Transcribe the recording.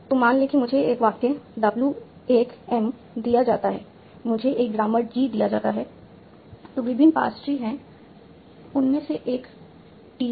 तो मान लें कि मुझे एक वाक्य W 1 m दिया जाता है मुझे एक ग्रामर G दिया जाता है और विभिन्न पार्स ट्री हैं उनमें से एक t है